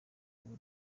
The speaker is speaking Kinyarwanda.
warwo